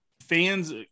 fans –